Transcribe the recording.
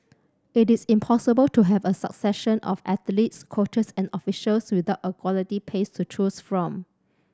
it is impossible to have a succession of athletes coaches and officials without a quality base to choose from